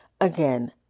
Again